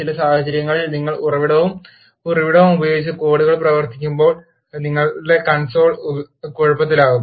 ചില സാഹചര്യങ്ങളിൽ നിങ്ങൾ ഉറവിടവും ഉറവിടവും ഉപയോഗിച്ച് കോഡുകൾ പ്രവർത്തിപ്പിക്കുമ്പോൾ നിങ്ങളുടെ കൺസോൾ കുഴപ്പത്തിലാകും